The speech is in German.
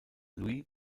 louis